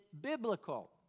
biblical